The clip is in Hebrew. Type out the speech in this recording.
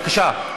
בבקשה.